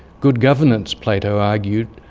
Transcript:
good governance, plato argued,